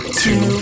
two